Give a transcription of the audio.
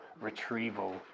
retrieval